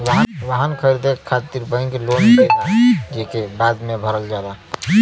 वाहन खरीदे खातिर बैंक लोन देना जेके बाद में भरल जाला